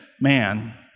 man